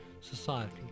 society